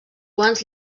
guants